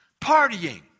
Partying